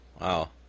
Wow